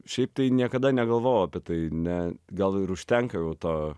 šiaip tai niekada negalvojau apie tai ne gal ir užtenka to